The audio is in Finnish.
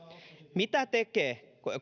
mitä tekee